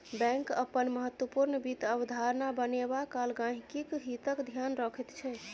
bank अपन महत्वपूर्ण वित्त अवधारणा बनेबा काल गहिंकीक हितक ध्यान रखैत छै